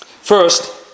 First